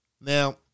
Now